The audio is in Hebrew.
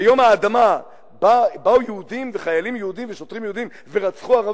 ביום האדמה באו יהודים וחיילים יהודים ושוטרים יהודים ורצחו ערבים?